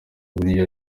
buriya